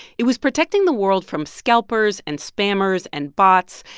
it was protecting the world from scalpers and spammers and bots.